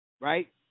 right